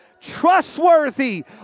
trustworthy